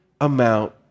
amount